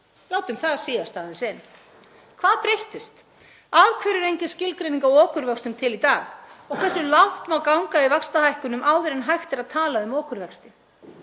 Látum það síast aðeins inn. Hvað breyttist? Af hverju er engin skilgreining á okurvöxtum til í dag? Hversu langt má ganga í vaxtahækkunum áður en hægt er að tala um okurvexti?